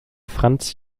franz